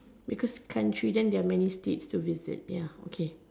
because countries then there are many states to visit ya okay